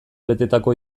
betetako